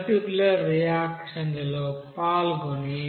particular reaction లలో పాల్గొనే